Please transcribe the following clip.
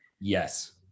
Yes